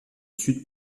sud